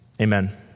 Amen